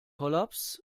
kollaps